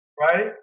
right